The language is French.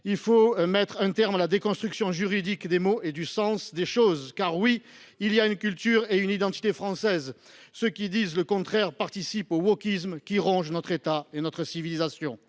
de mettre un terme à la déconstruction juridique des mots et du sens des choses, car il y a bien une culture et une identité françaises. Ceux qui disent le contraire participent au wokisme qui ronge notre État et notre civilisation.